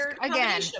again